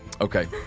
Okay